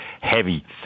heavy